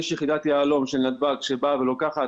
יש יחידת יהלום של נתב"ג שבאה ולוקחת